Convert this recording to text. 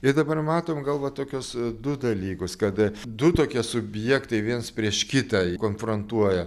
ir dabar matom gal va tokius du dalykus kada du tokie subjektai viens prieš kitą konfrontuoja